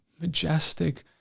majestic